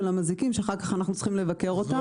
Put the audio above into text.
המזיקים שאחר כך אנחנו צריכים לבקר אותם.